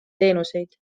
teenuseid